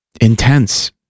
intense